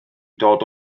dod